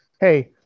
hey